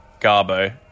Garbo